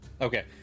Okay